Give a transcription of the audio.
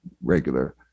regular